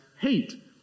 Hate